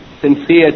sincere